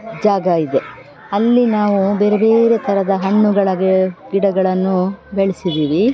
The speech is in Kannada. ಜಾಗ ಇದೆ ಅಲ್ಲಿ ನಾವು ಬೇರೆ ಬೇರೆ ಥರದ ಹಣ್ಣುಗಳ ಗಿಡಗಳನ್ನು ಬೆಳಿಸಿದ್ದೀವಿ